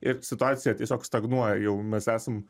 ir situacija tiesiog stagnuoja jau mes esam